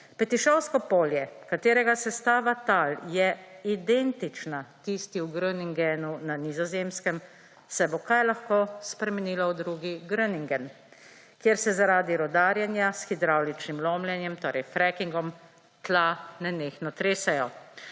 Petišovsko polje, katerega sestava tal je identična tisti v Groningenu na Nizozemskem, se bo kaj lahko spremenilo v drugi Groningen, kjer se zaradi rudarjenja s hidravličnim lomljenjem, torej frackingom, tla nenehno tresejo,